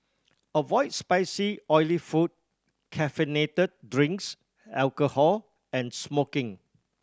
avoid spicy oily food caffeinated drinks alcohol and smoking